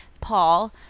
Paul